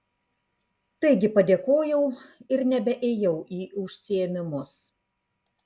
taigi padėkojau ir nebeėjau į užsiėmimus